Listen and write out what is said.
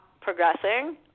progressing